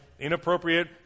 Inappropriate